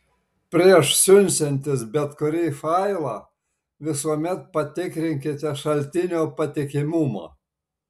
prieš siunčiantis bet kurį failą visuomet patikrinkite šaltinio patikimumą